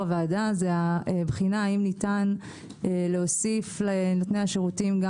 הועדה זה הבחינה האם ניתן להוסיף לנותני השירותים גם